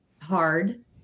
hard